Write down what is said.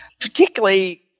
particularly